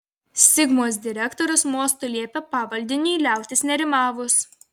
sigmos direktorius mostu liepė pavaldiniui liautis nerimavus